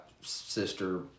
sister